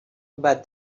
but